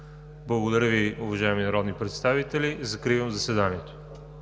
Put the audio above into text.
Благодаря Ви, уважаеми народни представители. Закривам заседанието.